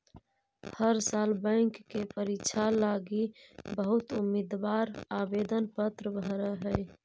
हर साल बैंक के परीक्षा लागी बहुत उम्मीदवार आवेदन पत्र भर हई